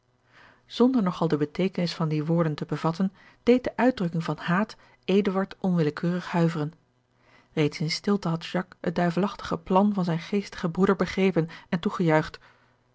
nog al de beteekenis van die woorden te bevatten deed de uitdrukking van haat eduard onwillekeurig huiveren reeds in stilte had jacques het duivelachtige plan van zijn geestigen broeder begrepen en